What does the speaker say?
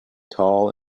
tall